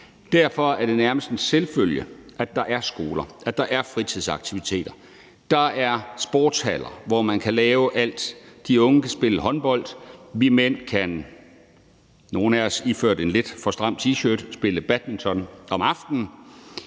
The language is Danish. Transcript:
Derfor er det nærmest en selvfølge, at der er skoler, at der er fritidsaktiviteter, og at der er sportshaller, hvor man kan lave alt. De unge kan spille håndbold, og vi mænd kan – nogle af os iført en lidt for stram T-shirt – spille badminton om aftenen.